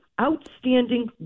outstanding